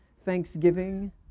thanksgiving